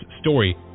story